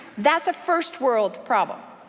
that's a first world problem.